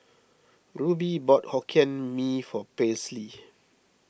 Rube bought Hokkien Mee for Paisley